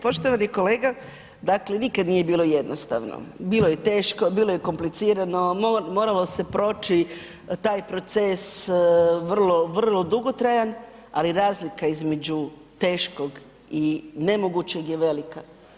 Poštovani kolega, dakle nikad nije bilo jednostavno, bilo je teško, bilo je komplicirano, moralo se proći taj proces vrlo, vrlo dugotrajan, ali razlika između teškog i nemogućeg je velika.